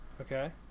Okay